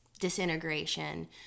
disintegration